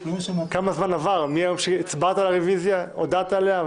2. הצעת חוק הביטוח הלאומי התש"ף-2020 (מ/1335),